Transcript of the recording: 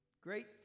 great